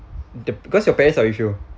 the because your parents are with you